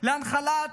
ולהנחלת